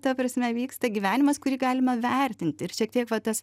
ta prasme vyksta gyvenimas kurį galima vertinti ir šiek tiek va tas